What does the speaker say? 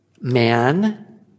Man